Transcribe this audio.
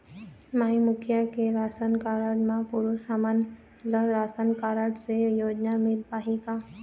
माई मुखिया के ration card म पुरुष हमन ला राशन कारड से योजना मिल पाही का?